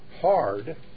hard